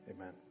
Amen